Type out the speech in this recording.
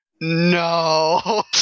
No